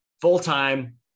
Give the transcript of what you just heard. full-time